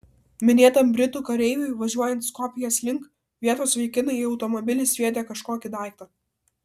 minėtam britų kareiviui važiuojant skopjės link vietos vaikinai į automobilį sviedė kažkokį daiktą